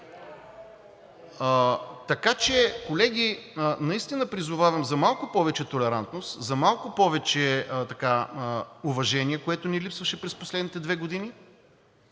ровим!“) Колеги, наистина призовавам за малко повече толерантност, за малко повече уважение, което ни липсваше през последните две години,